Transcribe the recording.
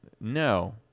no